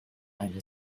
eine